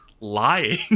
lying